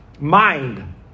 Mind